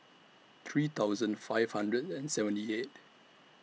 three thousand five hundred and seventy eight